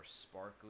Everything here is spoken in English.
sparkly